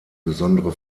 besondere